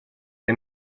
che